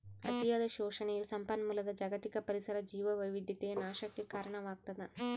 ಅತಿಯಾದ ಶೋಷಣೆಯು ಸಂಪನ್ಮೂಲದ ಜಾಗತಿಕ ಪರಿಸರ ಜೀವವೈವಿಧ್ಯತೆಯ ನಾಶಕ್ಕೆ ಕಾರಣವಾಗ್ತದ